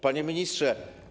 Panie Ministrze!